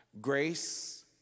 Grace